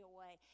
away